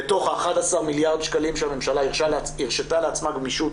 בתוך ה-11 מיליארד שקלים שהממשלה הרשתה לעצמה גמישות,